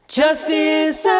justice